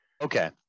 Okay